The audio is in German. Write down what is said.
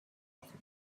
machen